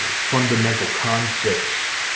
fundamental concepts